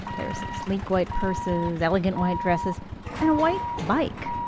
there are some sleek white purses, elegant white dresses and a white bike.